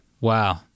wow